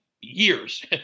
years